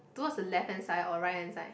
towards the left hand side or right hand side